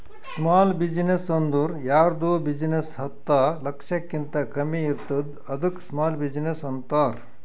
small business ಅಂದುರ್ ಯಾರ್ದ್ business ಹತ್ತ ಲಕ್ಷಕಿಂತಾ ಕಮ್ಮಿ ಇರ್ತುದ್ ಅದ್ದುಕ ಸ್ಮಾಲ್ ಬಿಜಿನೆಸ್ ಅಂತಾರ